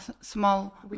small